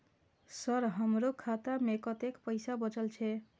Sir हमरो खाता में कतेक पैसा बचल छे?